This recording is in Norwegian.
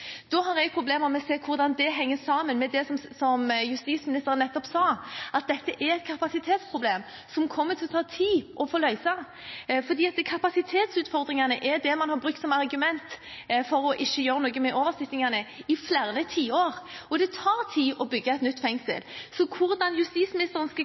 har problemer med å se hvordan det henger sammen med det som justisministeren nettopp sa – at dette er et kapasitetsproblem som det kommer til å ta tid å få løst – for kapasitetsutfordringene er det man har brukt som argument for ikke å gjøre noe med oversittingene i flere tiår. Det tar tid å bygge et nytt fengsel. Hvordan justisministeren nå skal